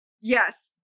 yes